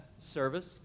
service